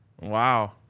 Wow